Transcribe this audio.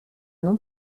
non